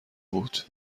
بود